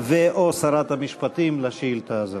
ו/או של שרת המשפטים על השאילתה הזאת.